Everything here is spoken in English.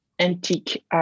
antique